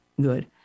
good